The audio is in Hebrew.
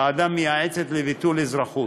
ועדה מייעצת לביטול אזרחות.